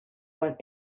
want